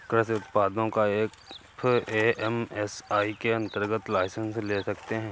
कृषि उत्पादों का एफ.ए.एस.एस.आई के अंतर्गत लाइसेंस ले सकते हैं